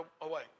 away